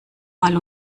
wahl